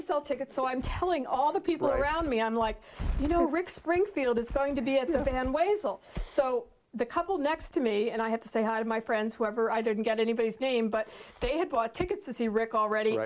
to sell tickets so i'm telling all the people around me i'm like you know rick springfield is going to be in the band ways so the couple next to me and i have to say hi to my friends whoever i didn't get anybody's name but they had bought tickets to see rick already